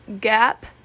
Gap